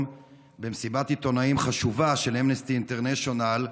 במסיבת עיתונאים חשובה של אמנסטי אינטרנשיונל,